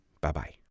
Bye-bye